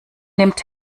nimmt